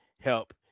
help